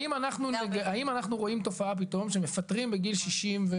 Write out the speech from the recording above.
האם אנחנו רואים תופעה פתאום כשמפטרים בגיל 62,